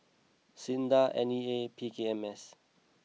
Sinda N E A P K M S